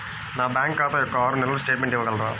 నా బ్యాంకు ఖాతా యొక్క ఆరు నెలల స్టేట్మెంట్ ఇవ్వగలరా?